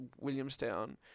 Williamstown